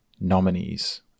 nominees